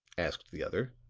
asked the other.